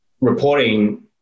Reporting